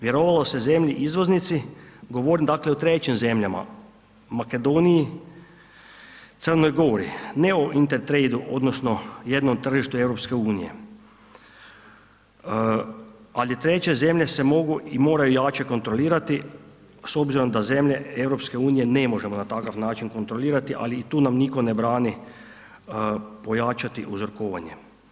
Vjerovalo se zemlji izvoznici, govorim dakle o trećim zemljama, Makedoniji, Crnoj Gori, ne o intertrade-u, odnosno jednom tržištu Europske unije, ali treće zemlje se mogu i moraju jače kontrolirati s obzirom da zemlje Europske unije ne možemo na takav način kontrolirati, ali i tu nam nitko ne brani pojačati uzrokovanje.